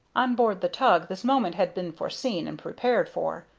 on board the tug this moment had been foreseen and prepared for.